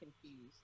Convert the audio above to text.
confused